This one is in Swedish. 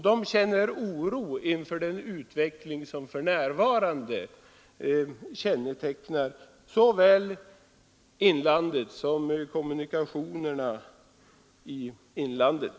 De känner oro inför den utveckling som för närvarande kännetecknar såväl näringslivet i inlandet som kommunikationerna i inlandet.